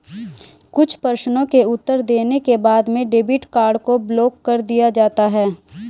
कुछ प्रश्नों के उत्तर देने के बाद में डेबिट कार्ड को ब्लाक कर दिया जाता है